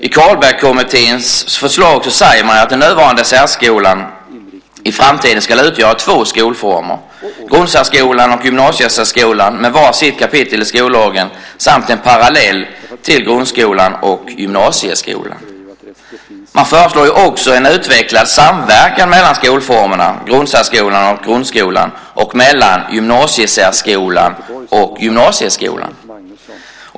I Carlbeckkommitténs förslag säger man att den nuvarande särskolan i framtiden ska utgöra två skolformer, grundsärskolan och gymnasiesärskolan, med varsitt kapitel i skollagen, som en parallell till grundskolan och gymnasieskolan. Man föreslår också en utvecklad samverkan mellan skolformerna grundsärskolan och grundskolan och mellan gymnasiesärskolan och gymnasieskolan.